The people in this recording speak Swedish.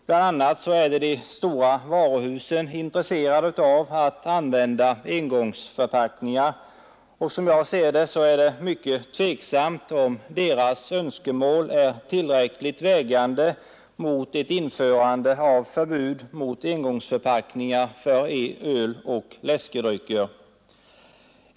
Bl.a. är de stora varuhusen intresserade av att använda engångsförpackningar, och som jag ser det är det mycket tveksamt om deras önskemål är tillräckligt tungt vägande när det gäller införande av förbud mot engångsförpackningar för öl och läskedrycker.